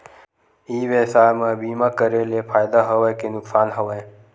ई व्यवसाय म बीमा करे ले फ़ायदा हवय के नुकसान हवय?